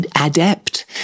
adept